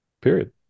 Period